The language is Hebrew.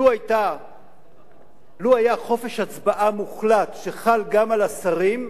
לו היה חופש הצבעה מוחלט שחל גם על השרים,